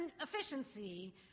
efficiency